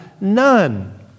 none